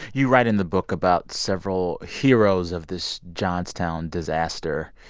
you write, in the book about several heroes of this johnstown disaster.